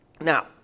now